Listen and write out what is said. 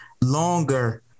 longer